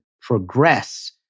progress